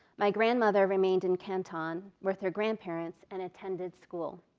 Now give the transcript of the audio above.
my grandmother remained in canton, with her grandparents and attended school.